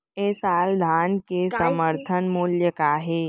ए साल धान के समर्थन मूल्य का हे?